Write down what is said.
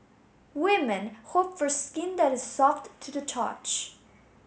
women hope for skin that is soft to the touch